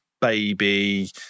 baby